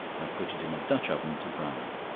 and put it in a dutch-oven to brown,